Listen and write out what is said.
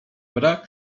brak